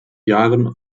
jahren